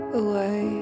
away